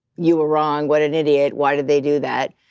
you were wrong, what an idiot, why did they do that?